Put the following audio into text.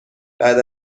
بعد